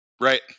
Right